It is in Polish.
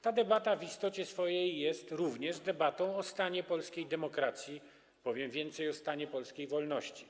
Ta debata w swojej istocie jest również debatą o stanie polskiej demokracji, powiem więcej, o stanie polskiej wolności.